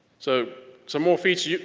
so some more features,